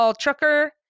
Trucker